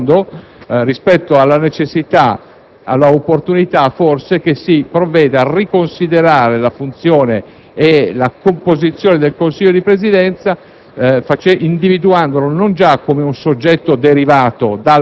che anch'io mi sono permesso di illustrare, di sfondo, rispetto alla necessità, all'opportunità forse, che si provveda a riconsiderare la funzione e la composizione del Consiglio di Presidenza,